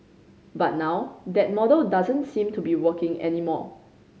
but now that model doesn't seem to be working anymore